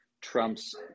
Trump's